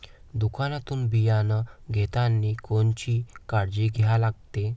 दुकानातून बियानं घेतानी कोनची काळजी घ्या लागते?